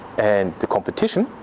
and the competition.